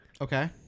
Okay